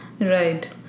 Right